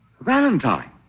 Valentine